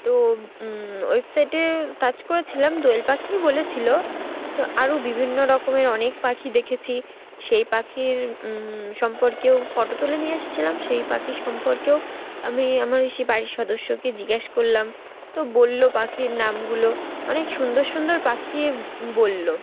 তো ওয়েবসাইটে সার্চ করেছিলাম দোয়েল পাখি বলেছিল তো আরও বিভিন্ন রকমের অনেক পাখি দেখেছি সেই পাখির সম্পর্কেও ফটো তুলে নিয়ে এসছিলাম সেই পাখি সম্পর্কেও আমি আমার এ সেই বাড়ির সদস্যকে জিজ্ঞেস করলাম তো বললো পাখির নামগুলো অনেক সুন্দর সুন্দর পাখি বললো